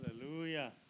Hallelujah